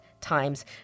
times